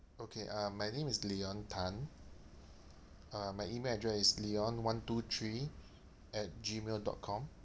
okay uh my name is leon tan uh my email address is leon one two three at gmail dot com